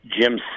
Jim